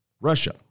Russia